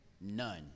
none